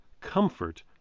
comfort